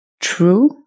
true